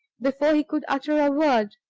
before he could utter a word.